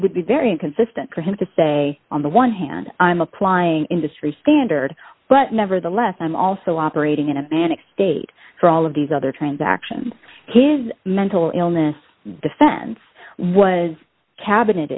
would be very inconsistent for him to say on the one hand i'm applying industry standard but nevertheless i'm also operating in a manic state for all of these other transactions his mental illness defense was cabinet